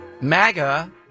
MAGA